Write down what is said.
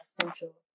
essential